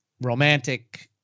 romantic